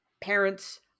parents